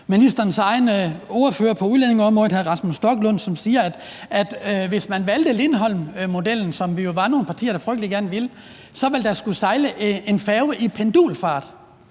ministerens egen ordfører på udlændingeområdet, hr. Rasmus Stoklund, som siger, at hvis man valgte Lindholmmodellen, hvilket vi jo var nogle partier som frygtelig gerne ville, ville der skulle sejle en færge i pendulfart.